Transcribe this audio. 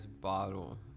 bottle